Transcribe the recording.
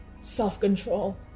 self-control